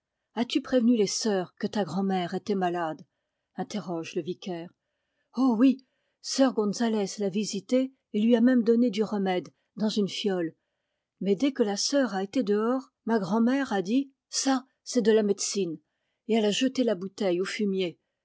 as-tu prévenu les sœurs que ta grand mère était malade interroge le vicaire oh oui sœur gonzalès l'a visitée et lui a même donné du remède dans une fiole mais dès que la sœur a été dehors ma grand mère a dit ça c'est de la médecine et elle a jeté la bouteille au fumier